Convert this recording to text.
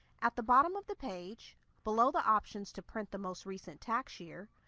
at the bottom of the page, below the options to print the most recent tax year,